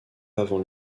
avant